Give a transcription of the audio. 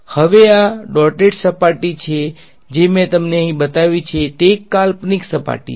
હવે આ ડોટેડ સપાટી જે મેં તમને અહીં બતાવી છે તે કાલ્પનિક સપાટી છે